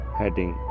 heading